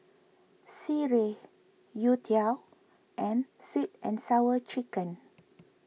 Sireh Youtiao and Sweet and Sour Chicken